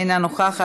אינה נוכחת,